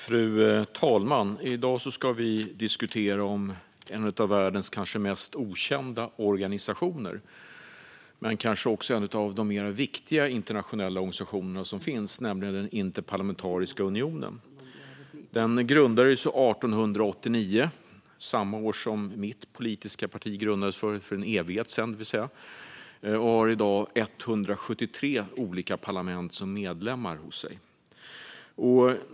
Fru talman! I dag ska vi diskutera en av världens kanske mest okända organisationer, men kanske också en av de viktigare internationella organisationer som finns, nämligen Interparlamentariska unionen. Organisationen grundades 1889, samma år som mitt politiska parti grundades, det vill säga för en evighet sedan. Den har i dag 173 olika parlament som medlemmar.